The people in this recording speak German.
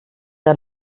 der